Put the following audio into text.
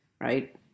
right